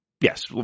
Yes